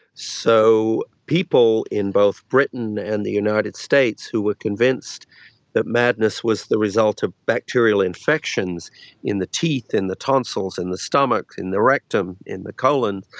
so people in both britain and the united states who were convinced that madness was the result of bacterial infections in the teeth, in the tonsils, in the stomach, in the rectum, in the colon,